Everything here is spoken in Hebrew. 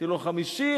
אמרתי לו: 50,